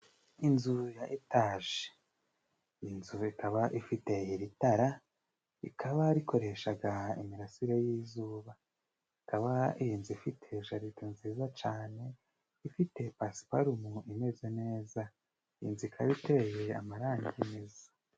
Inzu ya etaje inzu ikaba ifite iri tara rikaba rikoreshagaha imirasire y'izuba ikaba iyi nzu ifite jaride nziza cane ifite pasiparumu imeze neza inzu ikaba iteye amarangi meza.